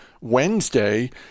Wednesday